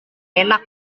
enak